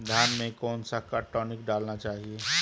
धान में कौन सा टॉनिक डालना चाहिए?